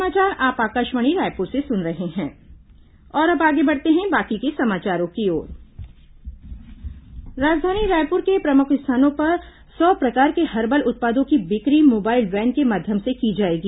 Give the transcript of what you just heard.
herbal उत्पाद mobile van राजधानी रायपुर के प्रमुख स्थानों पर सौ प्रकार के हर्बल उत्पादों की बिक्री मोबाइल वैन के माध्यम से की जाएगी